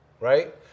right